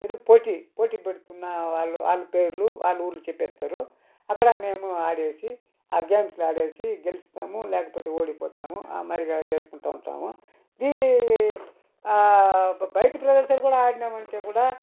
ఎదురు పోటీ పోటీ పెడుతున్న వాళ్ళ వాళ్ళ పేర్లు వాళ్ళ ఊర్లు చెప్పేస్తారు అక్కడ మేము ఆడేసి గేమ్స్ లాడేసి గెలుస్తాము లేకపోతే ఓడిపోతాము ఆ మాదిరిగా చేసుకుంటూ ఉంటాము ఇది బయట ప్రదేశాలలో కూడా ఆడినామంటే కూడా